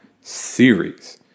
series